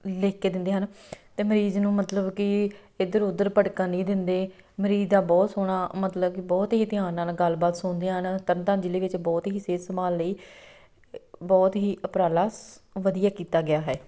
ਲਿਖ ਕੇ ਦਿੰਦੇ ਹਨ ਅਤੇ ਮਰੀਜ਼ ਨੂੰ ਮਤਲਬ ਕਿ ਇੱਧਰ ਉੱਧਰ ਭੜਕਣ ਨਹੀਂ ਦਿੰਦੇ ਮਰੀਜ਼ ਦਾ ਬਹੁਤ ਸੋਹਣਾ ਮਤਲਬ ਕਿ ਬਹੁਤ ਹੀ ਧਿਆਨ ਨਾਲ ਗੱਲਬਾਤ ਸੁਣਦੇ ਹਨ ਤਰਨਤਾਰਨ ਜਿਲ੍ਹੇ ਵਿੱਚ ਬਹੁਤ ਹੀ ਸਿਹਤ ਸੰਭਾਲ ਲਈ ਬਹੁਤ ਹੀ ਉਪਰਾਲਾ ਵਧੀਆ ਕੀਤਾ ਗਿਆ ਹੈ